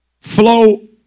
flow